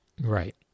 Right